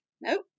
Nope